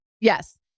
Yes